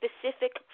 specific